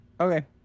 okay